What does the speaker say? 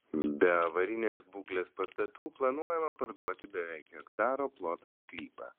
be avarinės būklės pastatų planuojama parduoti beveik hektaro ploto sklypą